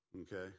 okay